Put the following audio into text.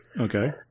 Okay